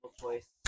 choice